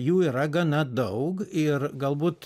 jų yra gana daug ir galbūt